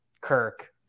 Kirk